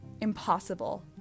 impossible